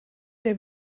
der